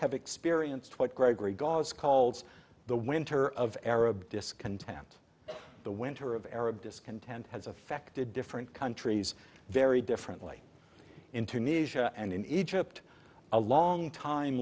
have experienced what gregory gause calls the winter of arab discontent the winter of arab discontent has affected different countries very differently in tunisia and in egypt a long time